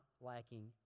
lacking